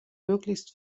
möglichst